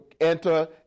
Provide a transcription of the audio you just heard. enter